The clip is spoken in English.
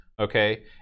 okay